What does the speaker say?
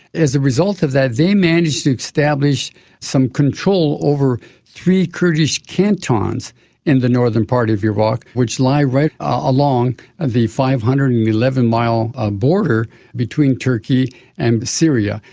as a result of that they managed to establish some control over three kurdish cantons in the northern part of iraq which lie right along the five hundred and eleven mile ah border between turkey and syria.